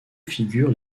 figurent